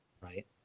right